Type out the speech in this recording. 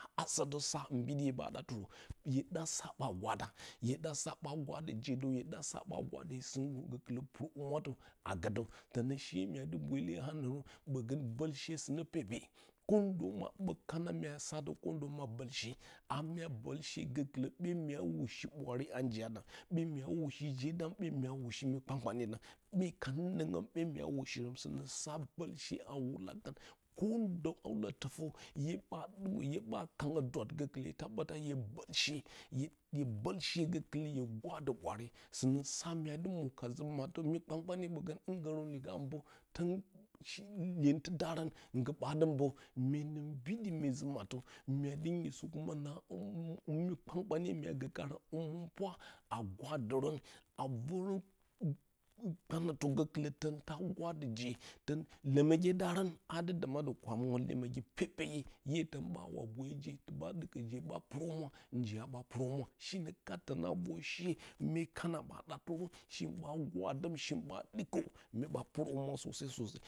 Ta saǝ dǝ sa mbiɗi hye ɓa ɗatɨrǝ, hye ɗa sa ɓawa gwada, hye ɗa sa ɓa gwadǝ je dǝw hye ɗa sa ɓa gwadǝ yǝ sɨnggu gǝkɨlǝ pɨrǝ humwatǝ a gǝ dǝ. Tǝnǝ shee mya dɨ bwele a nǝngrǝn ɓǝgǝng, bǝlshe sɨnǝ pepe ɓǝ kana mya sa atɨ ko ndoma bǝlshe, a mya bǝlshe gǝkɨlǝ ɓe myaa ushi ɓwaare a njiya dam, ɓe myaa ushi je dam ɓe myaa ushi mi kpan-kpanye dam. myee ka nǝnǝngǝm ɓe myaa ushiyǝmsǝ, sɨnǝ sa bǝlshe a wula kan. Ko ndawula tɨfǝ hye ɓa ɗɨmǝ hye ɓa kangǝ dwat gǝkɨlǝ hye hye bǝlshe hye bǝlshe gǝkɨlǝ hye gwadǝ ɓwaare sɨnǝ sa mya dɨ mwo ka ji-mattǝ gǝkɨlǝ mi kpan-kpanye ɓǝgǝng hɨnggǝrǝn mbǝ, lyentɨ daarǝn nggɨ ɓa dɨ mbǝ mye nǝ mbiɗɨ mye ji-mattǝ, mya dɨ nyisǝ na mi kpan-kpanye mya gǝ kaarǝn hǝmɨnpwa a gwadǝrǝn a vǝrǝn kpanǝtǝ gǝkɨlɨ tǝn ta gwadǝje tǝn lǝmǝgye daarǝn a dɨ dɨma dɨ kwamɨrɨrǝn lǝmǝgi pepeyi ʻye tǝn ɓawa boyo je tǝn ɓa ɗɨkǝ je ɓa pɨrǝ humwa njiya ɓa pɨrǝ humwa, shingɨn kat tǝne a vor hee mye kana ɓa ɗatɨrǝn shee ɓa gwadǝm shee ɓa ɗɨkǝ mye ɓa humwa.